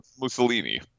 Mussolini